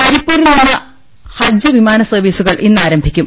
കരിപ്പൂരിൽനിന്ന് ഹജ്ജ് വിമാന സർവ്വീസുകൾ ഇന്ന് ആരംഭിക്കും